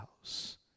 house